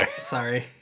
Sorry